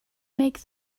make